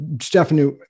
Stephanie –